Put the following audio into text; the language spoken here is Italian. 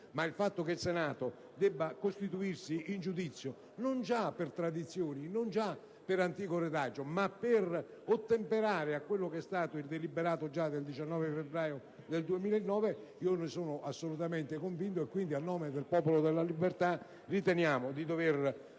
ma del fatto che il Senato debba costituirsi in giudizio, non già per tradizione o per antico retaggio, ma per ottemperare al deliberato già del 19 febbraio del 2009, ne sono assolutamente convinto. Quindi, noi senatori del Popolo della Libertà riteniamo di dover